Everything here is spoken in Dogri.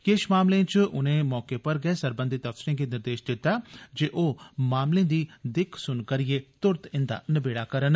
किश मामलें च उनें मौके पर गै सरबंधित अफसरें गी निर्देश दिता जे ओ मामलें दी दिक्ख स्न करिए त्रत इन्दा नबेड़ा करन